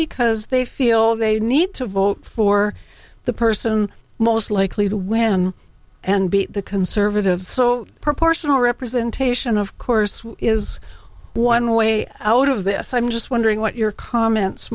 because they feel they need to vote for the person most likely to win and be the conservative so proportional representation of course is one way out of this i'm just wondering what your comments